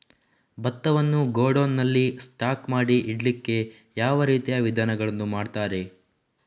ಭತ್ತವನ್ನು ಗೋಡೌನ್ ನಲ್ಲಿ ಸ್ಟಾಕ್ ಮಾಡಿ ಇಡ್ಲಿಕ್ಕೆ ಯಾವ ರೀತಿಯ ವಿಧಾನಗಳನ್ನು ಮಾಡ್ತಾರೆ?